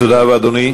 תודה רבה, אדוני.